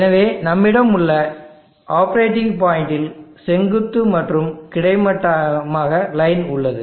எனவே நம்மிடமுள்ள ஆப்பரேட்டிங் பாயிண்டில் செங்குத்து மற்றும் கிடைமட்டமாக லைன் உள்ளது